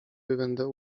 będę